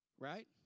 Right